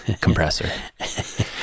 compressor